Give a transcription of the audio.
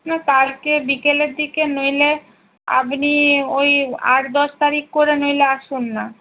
কালকে বিকেলের দিকে নইলে আপনি ওই আট দশ তারিখ করে নইলে আসুন না